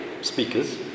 speakers